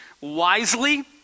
wisely